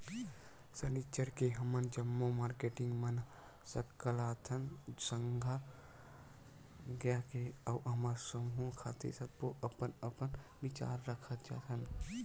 सनिच्चर के हमन जम्मो मारकेटिंग मन सकलाथन संझा के अउ हमर समूह खातिर सब्बो अपन अपन बिचार रखत जाथन